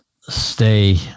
stay